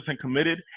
committed